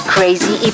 Crazy